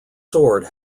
sword